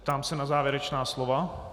Ptám se na závěrečná slova.